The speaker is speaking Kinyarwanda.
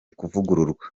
kuvugururwa